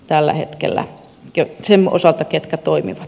tällä hetkellä jokisen osalta ketkä toimivat